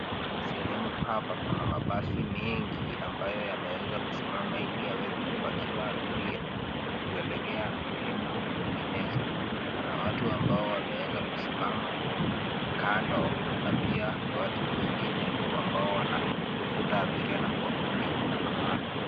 Sehemu hapa pana mabasi mengi ambayo yameweza kusimama ili yaweze kupakiwa abiria na kuelekea sehemu nyinginezo. Pana watu ambao wameweza kusimama kando na pia watu wengine ambao wanatafuta abiria na kuwapakia kwenye mabasi.